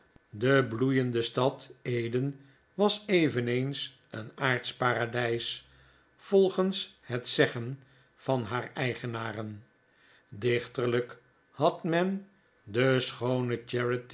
de bloeiende stad eden was eveneens een aardsch paradijs volgens het zeggen van haar eigenaren dichterlijk had men de